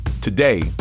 Today